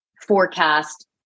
forecast